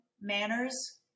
manners